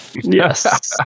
yes